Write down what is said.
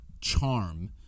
charm